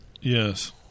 Yes